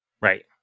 Right